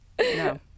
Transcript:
No